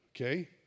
Okay